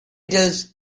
tales